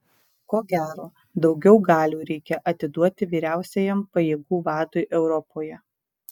ko gero daugiau galių reikia atiduoti vyriausiajam pajėgų vadui europoje